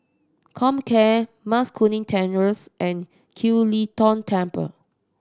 Comcare Mas Kuning Terrace and Kiew Lee Tong Temple